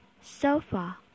sofa